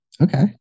Okay